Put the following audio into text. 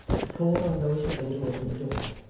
had called on those within to open the door,